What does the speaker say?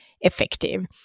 effective